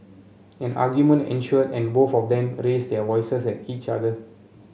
an argument ensued and both of them raised their voices at each other